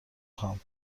خوام